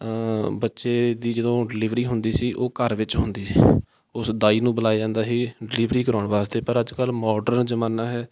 ਬੱਚੇ ਦੀ ਜਦੋਂ ਡਿਲੀਵਰੀ ਹੁੰਦੀ ਸੀ ਉਹ ਘਰ ਵਿੱਚ ਹੁੰਦੀ ਸੀ ਉਸ ਦਾਈ ਨੂੰ ਬੁਲਾਇਆ ਜਾਂਦਾ ਸੀ ਡਿਲੀਵਰੀ ਕਰਾਉਣ ਵਾਸਤੇ ਪਰ ਅੱਜ ਕੱਲ੍ਹ ਮੋਡਰਨ ਜ਼ਮਾਨਾ ਹੈ